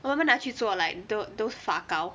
我妈妈拿去做 like the those 发糕